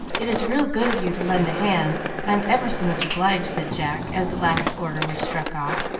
it is real good of you to lend a hand, and i'm ever so much obliged, said jack, as the last order was struck off,